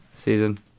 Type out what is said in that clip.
Season